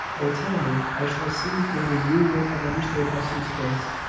oh, tell me! i shall see whether you would have understood hester's case.